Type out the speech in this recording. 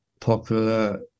popular